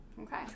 Okay